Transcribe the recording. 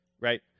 right